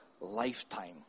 lifetime